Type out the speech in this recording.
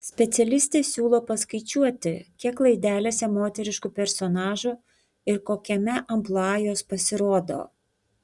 specialistė siūlo paskaičiuoti kiek laidelėse moteriškų personažų ir kokiame amplua jos pasirodo